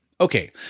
Okay